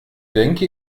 denke